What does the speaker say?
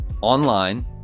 online